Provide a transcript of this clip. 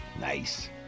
Nice